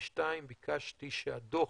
ושתיים, ביקשתי שהדוח